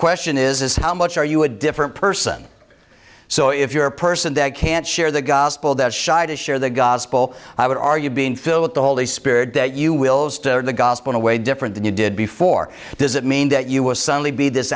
question is how much are you a different person so if you're a person that can't share the gospel that shy to share the gospel i would argue being filled with the holy spirit that you will the gospel a way different than you did before does it mean that you will suddenly be this